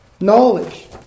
Knowledge